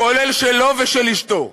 כולל שלו ושל אשתו.